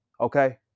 okay